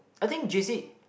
I think j_c